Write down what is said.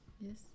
Yes